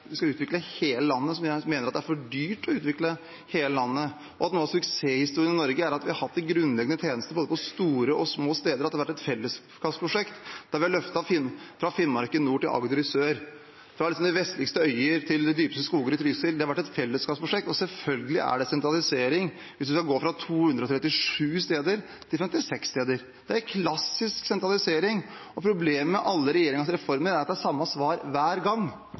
vi skal utvikle hele landet, som mener at det er for dyrt å utvikle hele landet, som har glemt at noe av suksesshistorien i Norge er at vi har hatt grunnleggende tjenester på både store og små steder, og at det har vært et fellesskapsprosjekt der vi har løftet fra Finnmark i nord til Agder i sør, fra de vestligste øyer til de dypeste skoger i Trysil – det har vært et fellesskapsprosjekt. Selvfølgelig er det sentralisering hvis man skal gå fra 237 steder til 56 steder. Det er klassisk sentralisering. Problemet med alle regjeringens reformer er at det er samme svar hver gang.